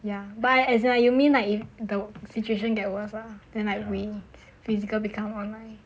ya by as err you mean like if the situation get worse lah then like we physical become online